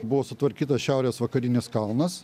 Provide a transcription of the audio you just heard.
buvo sutvarkytas šiaurės vakarinis kalnas